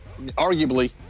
arguably